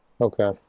Okay